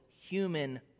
human